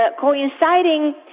coinciding